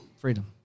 Freedom